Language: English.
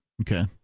Okay